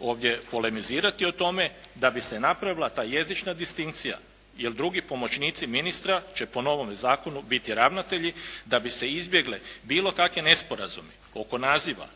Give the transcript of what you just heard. ovdje polemizirati o tome da bi se napravila ta jezična distinkcija. Jer drugi pomoćnici ministra će po novome zakonu biti ravnatelji, da bi se izbjegli bilo kakvi nesporazumi oko naziva